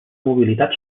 mobilitat